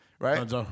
right